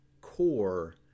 core